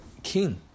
King